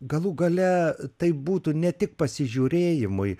galų gale tai būtų ne tik pasižiūrėjimui